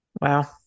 Wow